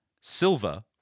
silver